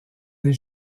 des